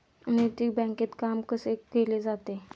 नैतिक बँकेत काम कसे केले जाते?